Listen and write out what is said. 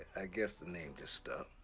i guess the name just stuck.